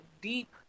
deep